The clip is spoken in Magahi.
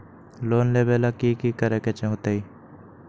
लोन लेबे ला की कि करे के होतई?